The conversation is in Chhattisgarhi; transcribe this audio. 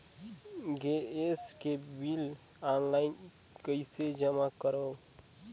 गैस के बिल ऑनलाइन कइसे जमा करव?